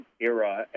era